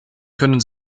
können